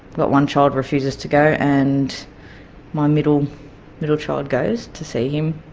but one child refuses to go, and my middle middle child goes to see him,